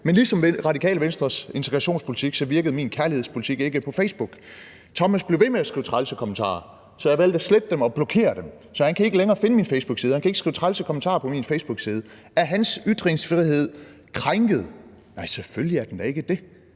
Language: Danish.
Men ligesom Radikale Venstres integrationspolitik virkede min kærlighedspolitik ikke på Facebook. Thomas blev ved med at skrive trælse kommentarer, så jeg valgte at slette dem og blokere dem, så han ikke længere kan finde min facebookside, og han kan ikke skrive trælse kommentarer på min facebookside. Er hans ytringsfrihed krænket? Nej, selvfølgelig er den ikke det.